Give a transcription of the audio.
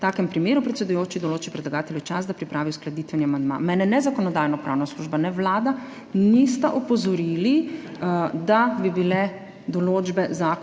V takem primeru predsedujoči določi predlagatelju čas, da pripravi uskladitveni amandma.« Mene ne Zakonodajno-pravna služba ne Vlada nista opozorili, da bi bile določbe zakona